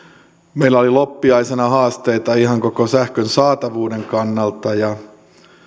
meillä oli loppiaisena haasteita ihan koko sähkön saatavuuden kannalta ja